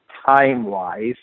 time-wise